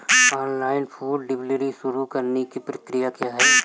Online food delivery शुरू करने की प्रक्रिया क्या है?